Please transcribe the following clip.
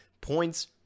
Points